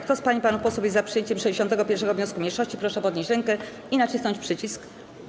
Kto z pań i panów posłów jest za przyjęciem 61. wniosku mniejszości, proszę podnieść rękę i nacisnąć przycisk.